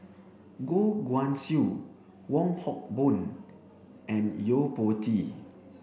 Goh Guan Siew Wong Hock Boon and Yo Po Tee